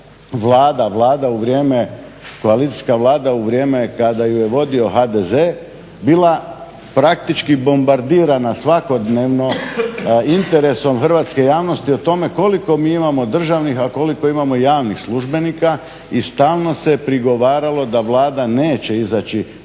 vrijeme, koalicijska Vlada u vrijeme kada ju je vodio HDZ bila praktički bombardirana svakodnevno interesom hrvatske javnosti o tome koliko mi imamo državnih a koliko imamo i javnih službenika i stalno se prigovaralo da Vlada neće izaći